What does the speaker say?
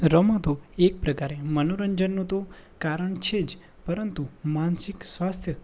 રમતો એક પ્રકારે મનોરંજનનો તો કારણ છે જ પરંતુ માનસિક સ્વાસ્થ્ય